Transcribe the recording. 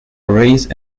raise